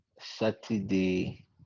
Saturday